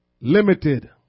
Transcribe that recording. limited